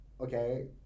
okay